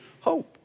hope